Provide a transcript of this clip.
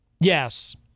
Yes